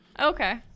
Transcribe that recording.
okay